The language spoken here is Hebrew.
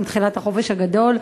עם תחילת החופש הגדול,